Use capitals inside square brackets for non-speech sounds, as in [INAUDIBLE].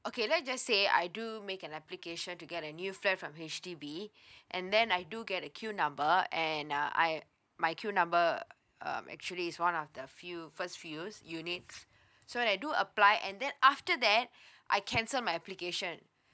okay let's just say I do make an application to get a new flat from H_D_B [BREATH] and then I do get a queue number and uh I my queue number um actually is one of the few first few units so I do apply and then after that [BREATH] I cancel my application